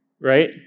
right